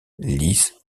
lisses